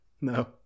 No